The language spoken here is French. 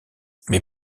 mais